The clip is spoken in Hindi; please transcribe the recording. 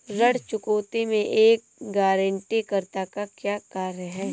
ऋण चुकौती में एक गारंटीकर्ता का क्या कार्य है?